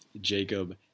Jacob